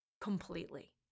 completely